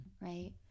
right